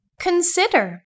Consider